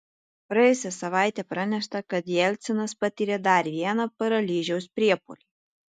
praėjusią savaitę pranešta kad jelcinas patyrė dar vieną paralyžiaus priepuolį